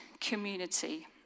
community